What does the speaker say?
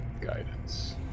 guidance